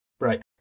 Right